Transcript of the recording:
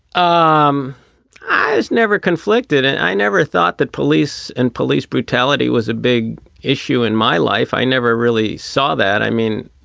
um i was never conflicted and i never thought that police and police brutality was a big issue in my life. i never really saw that. i mean,